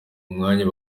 umwanya